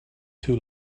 too